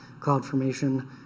CloudFormation